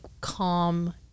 calm